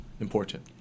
important